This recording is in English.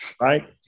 right